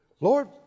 Lord